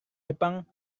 jepang